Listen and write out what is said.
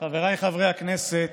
חבריי חברי הכנסת,